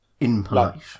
impolite